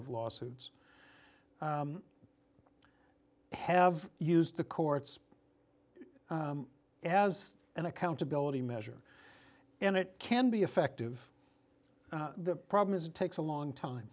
of lawsuits have used the courts as an accountability measure and it can be effective the problem is it takes a long time